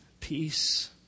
peace